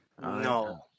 No